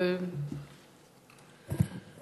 (ספרי לימוד מאושרים),